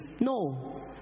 No